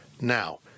Now